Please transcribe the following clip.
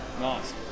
Nice